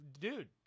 dude